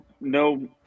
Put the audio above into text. no